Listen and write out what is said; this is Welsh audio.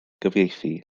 gyfieithu